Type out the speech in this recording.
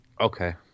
Okay